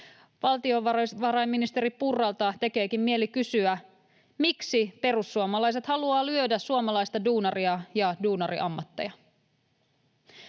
Varapääministeri Purralta tekeekin mieli kysyä, miksi perussuomalaiset haluaa lyödä suomalaista duunaria ja duunariammatteja.